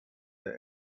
der